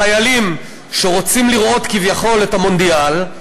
חיילים שרוצים לראות כביכול את המונדיאל,